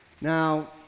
Now